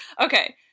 Okay